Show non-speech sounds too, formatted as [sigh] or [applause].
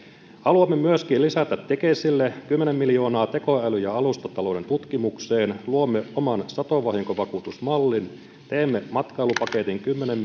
haluamme myöskin lisätä tekesille kymmenen miljoonaa tekoäly ja alustatalouden tutkimukseen luomme oman satovahinkovakuutusmallin teemme matkailupaketin kymmenen [unintelligible]